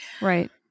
Right